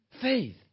Faith